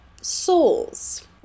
souls